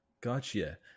gotcha